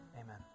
Amen